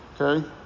Okay